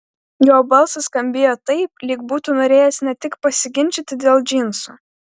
jo balsas skambėjo taip lyg būtų norėjęs ne tik pasiginčyti dėl džinsų